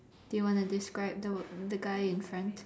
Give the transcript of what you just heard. do you wanna describe the the guy in front